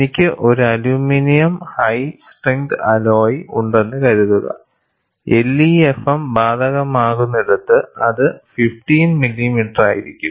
എനിക്ക് ഒരു aluminium high strength alloy ഉണ്ടെന്ന് കരുതുക LEFM ബാധകമാകുന്നിടത്ത് അത് 15 മില്ലിമീറ്ററായിരിക്കും